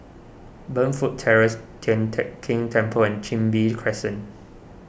Burnfoot Terrace Tian Teck Keng Temple and Chin Bee Crescent